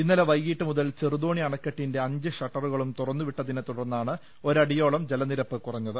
ഇന്നലെ വൈകിട്ട് മുതൽ ചെറുതോണി അണക്കെട്ടിന്റെ അഞ്ച് ഷട്ടറുകളും തുറന്നുവിട്ടതിനെത്തുടർന്നാണ് ഒരടിയോളം ജലനിരപ്പ് കുറഞ്ഞത്